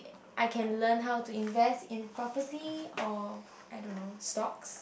I can learn how to invest in property or I don't know stocks